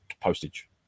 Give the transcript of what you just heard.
postage